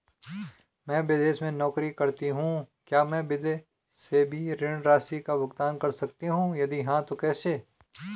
मैं विदेश में नौकरी करतीं हूँ क्या मैं विदेश से भी ऋण राशि का भुगतान कर सकती हूँ यदि हाँ तो कैसे?